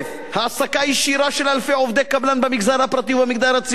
העסקה ישירה של אלפי עובדי קבלן במגזר הפרטי ובמגזר הציבורי,